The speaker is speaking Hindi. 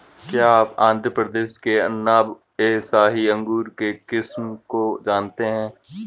क्या आप आंध्र प्रदेश के अनाब ए शाही अंगूर के किस्म को जानते हैं?